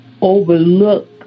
overlook